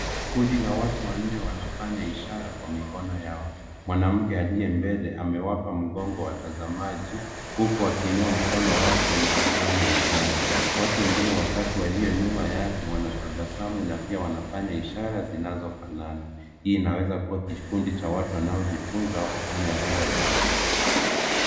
Kundi la watu wanne wanafanya ishara kwa mikono yao. Mwanamke aliye mbele amewapa mgongo watazamaji huku akiinua mkono wake na kufanya ishara. Watu wengine watatu walio nyuma yake wanatabasamu na pia wanafanya ishara zinazofanana. Hii inaweza kuwa kundi cha watu wanaojifunza kufanya lugha ya ishara.